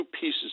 pieces